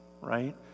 right